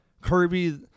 Kirby